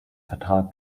vertrag